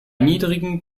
niedrigen